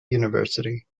university